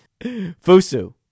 Fusu